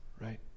Right